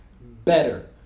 better